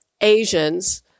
Asians